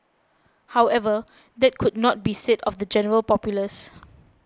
however that could not be said of the general populace